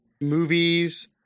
movies